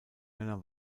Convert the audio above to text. einer